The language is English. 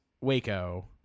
Waco